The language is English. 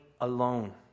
alone